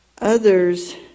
others